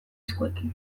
eskuekin